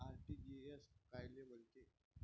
RTGS कायले म्हनते?